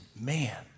man